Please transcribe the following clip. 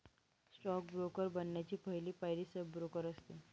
stock broker बनण्याची पहली पायरी सब ब्रोकर असते